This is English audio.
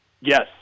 Yes